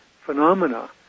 phenomena